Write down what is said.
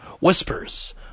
Whispers